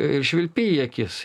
ir švilpi į akis